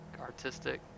artistic